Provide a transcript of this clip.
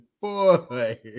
boy